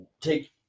take